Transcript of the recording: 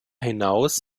hinaus